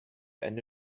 ende